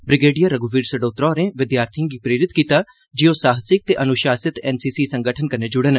brigadier रघुवीर सडोत्रा होरें विद्यार्थिएं गी प्रेरित कीता जे ओह् साहसिक ते अनुशासित एनसीसी संगठन कन्नै जुड़न